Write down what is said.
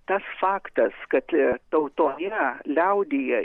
tas faktas kad tau to yra liaudyje